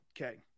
Okay